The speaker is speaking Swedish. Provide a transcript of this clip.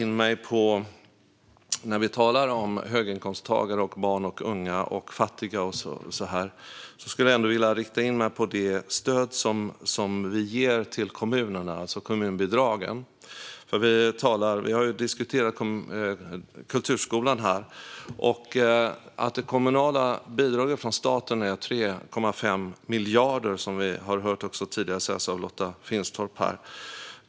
När vi talar om höginkomsttagare, barn och unga, fattiga och så vidare skulle jag ändå vilja rikta in mig på det stöd som vi ger till kommunerna, alltså kommunbidragen. Vi har diskuterat kulturskolan här. De kommunala bidragen från staten är 3,5 miljarder kronor, vilket vi tidigare har hört från Lotta Finstorp.